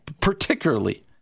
particularly